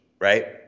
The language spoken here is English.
right